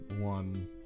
one